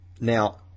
Now